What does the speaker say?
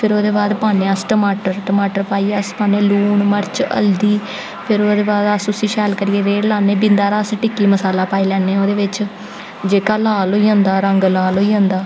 फिर ओह्दे बाद पान्नें आ अस टमाटर टमाटर पाइयै अस पान्नें लून मर्च हलदी फिर ओह्दे बाद अस उसी शैल करियै रेड़ लान्नें बिंद हारा अस टिक्की मसाला पाई लैनें आं ओह्दे बिच जेह्का लाल होई जंदा रंग लाल होई जंदा